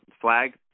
flag